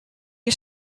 you